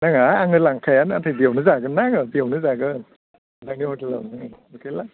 नाङा आङो लांखाया नाथाय बेवनो जागोन ना आङो बेवनो जागोन नोंथांनि हटेलावनो